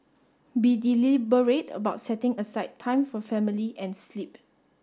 be deliberate about setting aside time for family and sleep